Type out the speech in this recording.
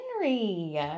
Henry